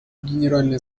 генеральная